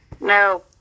No